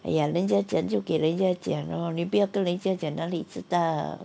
!aiya! 人家讲就给人家讲 lor 你不要跟人家讲哪里知道